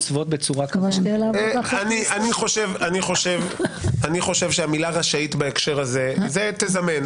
אני חושב שהמילה "רשאית" בהקשר הזה היא "תזמן",